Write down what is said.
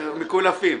מקולפים.